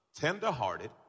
Tender-hearted